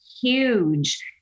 huge